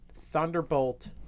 Thunderbolt